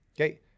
Okay